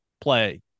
play